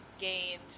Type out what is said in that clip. gained